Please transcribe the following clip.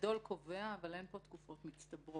הגדול קובע אבל אין פה תקופות מצטברות.